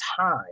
time